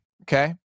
okay